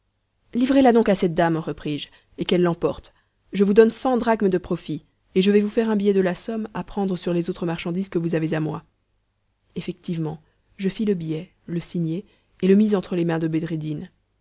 livrez la donc à cette dame repris-je et qu'elle l'emporte je vous donne cent drachmes de profit et je vais vous faire un billet de la somme à prendre sur les autres marchandises que vous avez à moi effectivement je fis le billet le signai et le mis entre les mains de